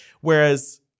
Whereas